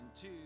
two